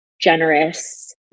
generous